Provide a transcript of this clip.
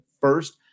first